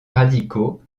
radicaux